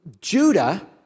Judah